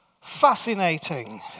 fascinating